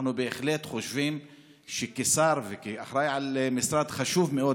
אנחנו בהחלט חושבים שכשר וכאחראי למשרד חשוב מאוד,